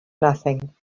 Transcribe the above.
nothing